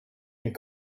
and